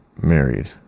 married